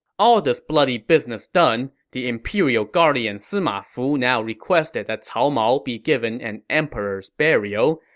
all this bloody business done, the imperial guardian sima fu now requested that cao mao be given an emperor's burial,